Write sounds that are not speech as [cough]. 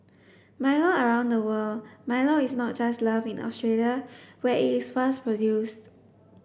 Milo around the world Milo is not just loved in Australia where it [unintelligible] first produce